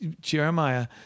Jeremiah